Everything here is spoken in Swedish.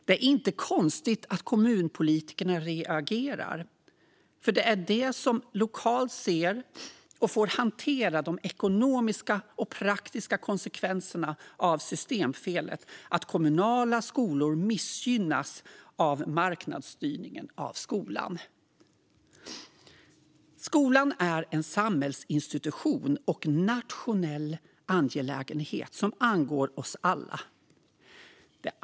Det är inte konstigt att kommunpolitikerna reagerar, för det är de som ser detta lokalt och får hantera de ekonomiska och praktiska konsekvenserna av systemfelet, det vill säga att kommunala skolor missgynnas av marknadsstyrningen av skolan. Skolan är en samhällsinstitution och nationell angelägenhet. Den angår oss alla.